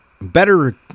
Better